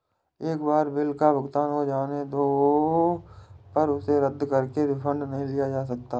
एक बार बिल का भुगतान हो जाने पर उसे रद्द करके रिफंड नहीं लिया जा सकता